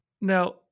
Now